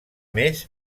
més